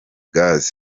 gaz